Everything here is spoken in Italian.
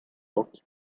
occhi